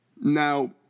Now